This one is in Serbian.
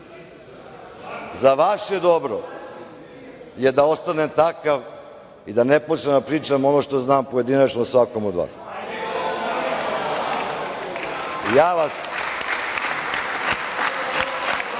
Za vaše dobro je da ostanem takav i da ne počnem da pričam ono što znam pojedinačno o svakom od vas. Ja vas